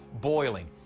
boiling